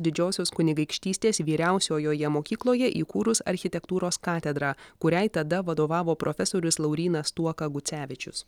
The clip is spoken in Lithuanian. didžiosios kunigaikštystės vyriausiojoje mokykloje įkūrus architektūros katedrą kuriai tada vadovavo profesorius laurynas stuoka gucevičius